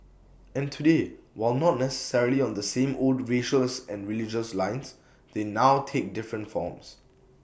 and today while not necessarily on the same old racial and religious lines they now take different forms